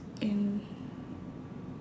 in